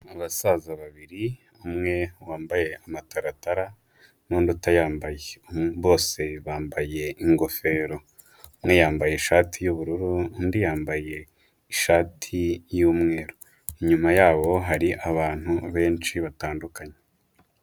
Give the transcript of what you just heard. Abasaza babiri, umwe wambaye amataratara n'undi utayambaye, bose bambaye ingofero, umwe yambaye ishati y'ubururu undi yambaye ishati y'umweru, inyuma yabo hari abantu benshi batandukanye.